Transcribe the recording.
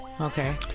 Okay